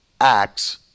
acts